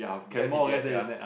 besides C_P_F ya